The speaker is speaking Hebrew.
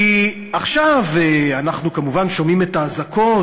כי עכשיו אנחנו כמובן שומעים את האזעקות